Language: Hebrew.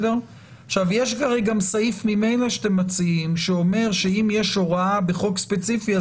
יש סעיף שאתם מציעים והוא אומר שאם יש הוראה בחוק ספציפי,